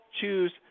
choose